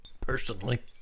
personally